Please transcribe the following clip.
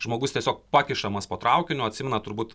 žmogus tiesiog pakišamas po traukiniu atsimenat turbūt